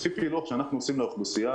לפי פילוח שאנחנו עושים לאוכלוסייה